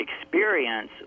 experience